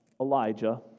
Elijah